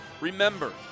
remember